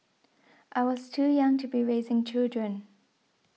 I was too young to be raising children